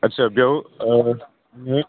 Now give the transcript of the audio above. आच्चा बेयाव